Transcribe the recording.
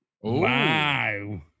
Wow